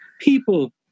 People